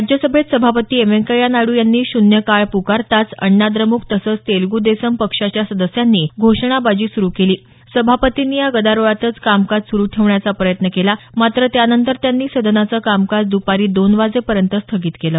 राज्यसभेत सभापती एम व्यंकय्या नायडू यांनी शून्य काळ पुकारताच अण्णाद्र्मुक तसंच तेलगु देशम पक्षाच्या सदस्यांनी घोषणाबाजी सुरू केली सभापतींनी या गदारोळातच कामकाज सुरू ठेवण्याचा प्रयत्न केला मात्र त्यानंतर त्यांनी सदनाचं कामकाज दपारी दोन वाजेपर्यंत स्थगित केलं